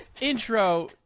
intro